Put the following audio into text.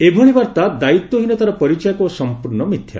ଏଭଳି ବାର୍ତ୍ତା ଦାୟିତ୍ୱହୀନତାର ପରିଚାୟକ ଓ ସଂପୂର୍ଣ୍ଣ ମିଥ୍ୟା